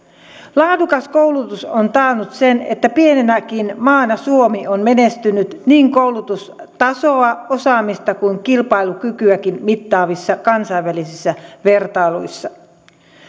laadukas koulutus on taannut sen että pienenäkin maana suomi on menestynyt niin koulutustasoa osaamista kuin kilpailukykyäkin mittaavissa kansainvälisissä vertailuissa